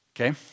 Okay